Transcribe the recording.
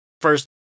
first